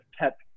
kept